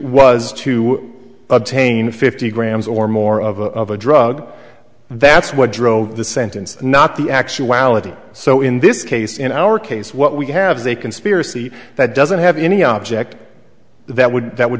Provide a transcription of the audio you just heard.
was to obtain fifty grams or more of a drug that's what drove the sentence not the actuality so in this case in our case what we have is a conspiracy that doesn't have any object that would that would